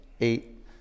eight